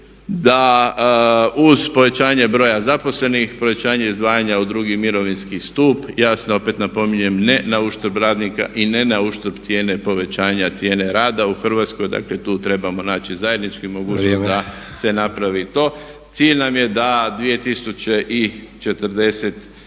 da uz povećanje broja zaposlenih, povećanje izdvajanja u drugi mirovinski stup jasno opet napominjem ne na uštrb radnika i ne na uštrb cijene povećanja cijene rada u Hrvatskoj. Dakle tu trebamo naći zajednički mogućnost da se napravi to. Cilj nam je da 2027.